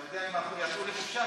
אתה יודע, הקואליציה יצאה לחופשה.